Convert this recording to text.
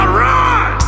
run